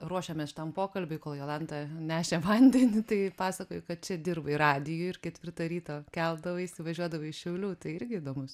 ruošėmės šitam pokalbiui kol jolanta nešė vandenį tai pasakojai kad dirbai radijuj ir ketvirtą ryto keldavaisi važiuodavai iš šiaulių tai irgi įdomus